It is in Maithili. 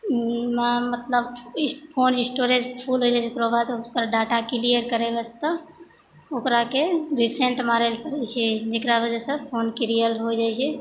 मे मतलब फोन स्टोरेज फुल हो गेलै तऽ ओकराबाद ओकर डाटा क्लियर करै वास्ते ओकराके रिसेन्ट मारैलए पड़ै छै जकरा वजहसँ फोन क्लियर हो जाइ छै